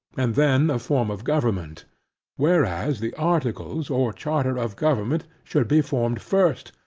and then a form of government whereas, the articles or charter of government, should be formed first,